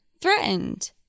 threatened